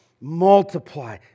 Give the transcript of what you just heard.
multiply